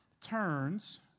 turns